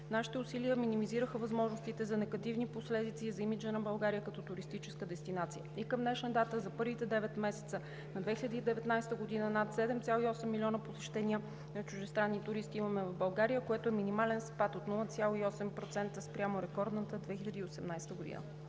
Нашите усилия минимизираха възможностите за негативни последици и за имиджа на България като туристическа дестинация. И към днешна дата за първите девет месеца на 2019 г. над 7,8 милиона посещения на чуждестранни туристи имаме в България, което е минимален спад от 0,8% спрямо рекордната 2018 г.